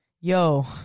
yo